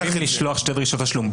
הם חייבים לשלוח שתי דרישות תשלום.